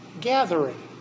gathering